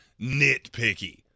nitpicky